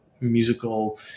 musical